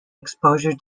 exposure